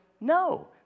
no